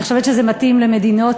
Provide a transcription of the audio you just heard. אני חושבת שזה מתאים למדינות,